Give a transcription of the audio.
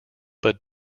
but